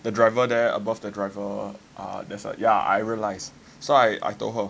the driver there above the driver err there's a yeah I realize so I I told her